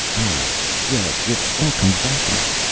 ah, yes, it all comes back to me.